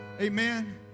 Amen